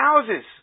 houses